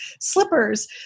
slippers